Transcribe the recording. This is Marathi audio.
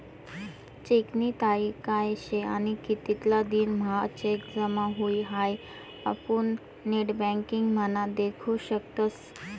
चेकनी तारीख काय शे आणि कितला दिन म्हां चेक जमा हुई हाई आपुन नेटबँकिंग म्हा देखु शकतस